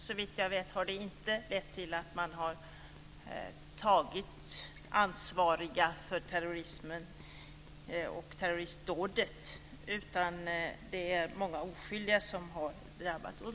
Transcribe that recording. Såvitt jag vet har det inte lett till att man har tagit några ansvariga för terroristdådet, utan det är många oskyldiga som har drabbats.